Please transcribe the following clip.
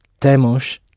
temos